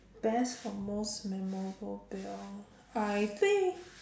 best or most memorable meal I think